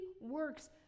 works